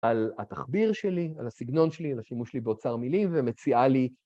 על התחביר שלי, על הסגנון שלי, על השימוש שלי באוצר מילים, ומציעה לי...